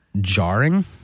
jarring